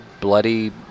bloody